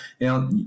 Now